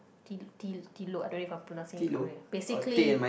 I don't know if I am pronouncing it correct basically